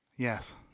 Yes